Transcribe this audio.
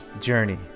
journey